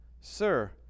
Sir